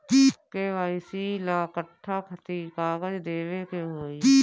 KYC ला कट्ठा कथी कागज देवे के होई?